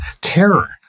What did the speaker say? terror